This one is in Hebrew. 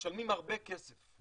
משלמים הרבה כסף.